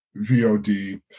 VOD